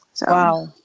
Wow